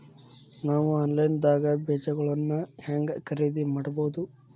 ನಾವು ಆನ್ಲೈನ್ ದಾಗ ಬೇಜಗೊಳ್ನ ಹ್ಯಾಂಗ್ ಖರೇದಿ ಮಾಡಬಹುದು?